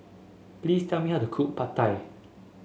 please tell me how to cook Pad Thai